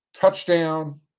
Touchdown